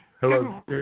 Hello